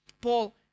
Paul